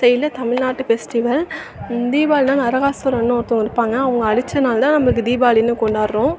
சைடில் தமிழ்நாட்டு ஃபெஸ்டிவல் தீபாவளின்னா நரகாசூரன்னு ஒருத்தங்க இருப்பாங்க அவங்க அழிச்சனால் தான் நம்மளுக்கு தீபாவளின்னு கொண்டாடுறோம்